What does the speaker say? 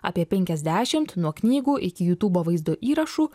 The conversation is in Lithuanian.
apie penkiasdešimt nuo knygų iki jutubo vaizdo įrašų